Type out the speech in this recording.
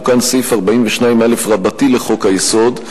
תוקן סעיף 42א לחוק-היסוד,